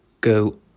go